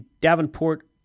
Davenport